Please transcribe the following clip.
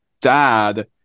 dad